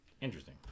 interesting